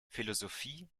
philosophie